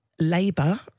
labour